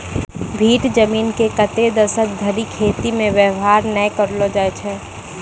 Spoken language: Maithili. भीठ जमीन के कतै दसक धरि खेती मे वेवहार नै करलो जाय छै